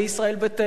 ולמרצ,